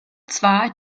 zwar